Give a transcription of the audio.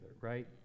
right